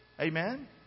Amen